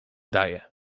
daje